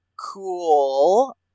cool